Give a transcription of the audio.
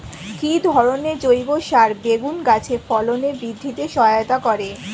কি ধরনের জৈব সার বেগুন গাছে ফলন বৃদ্ধিতে সহায়তা করে?